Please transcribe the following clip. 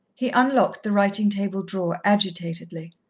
he unlocked the writing-table drawer agitatedly.